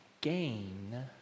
gain